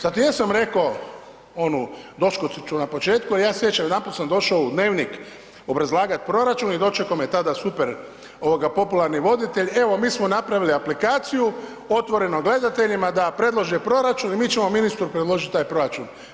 Zato jesam rekao onu doskočicu na početku jer ja se sjećam jedanput sam došao u dnevnik obrazlagat proračun i dočekao me tada super ovaj popularni voditelj evo mi smo napravili aplikaciju otvoreno gledateljima da predlože proračun i mi ćemo ministru predložit taj proračun.